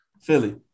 Philly